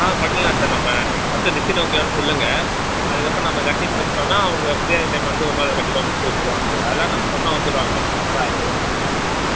ஆ பண்ணிடுலாம் சார் நம்ம நீங்கள் ஃபஸ்ட்டு டிசைன் ஓகேவானு சொல்லுங்க அதுக்கப்புறம் நாம் கட்டி முடிச்சுட்டோன்னா அவங்க ஃப்ரீயாக இருக்கிற டைமில் வந்து ஒரு நாள் கண்டிப்பாக முடித்து கொடுத்துருவாங்க சார் அதெல்லாம் நம்ம சொன்னால் வந்துருவாங்க கரெக்டாக அதில் எதுவும் பிரச்சின இல்லை சார்